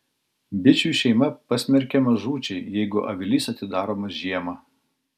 bičių šeima pasmerkiama žūčiai jeigu avilys atidaromas žiemą